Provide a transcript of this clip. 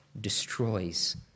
destroys